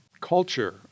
culture